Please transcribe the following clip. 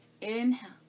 Inhale